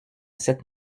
cette